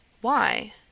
Why